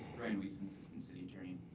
ryan wiesen so and city attorney.